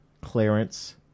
Clarence